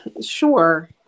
Sure